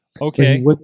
Okay